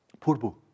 purbu